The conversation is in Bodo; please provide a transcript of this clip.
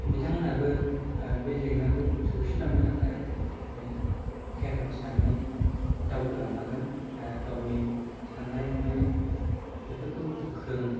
बिथांमोनहाबो बे जेंनाखौ सौसिलांनो थाखाय फेरफाथिनानै दावखोलांनांगोन गावनि साननाय हनाय बेफोरखौ गोख्रों